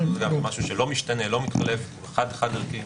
זה משהו שלא משתנה, לא מתחלף, הוא חד-חד ערכי.